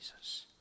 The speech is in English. Jesus